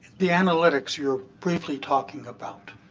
the analytics you're briefly talking about,